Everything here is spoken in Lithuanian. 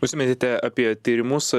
užsiminėte apie tyrimus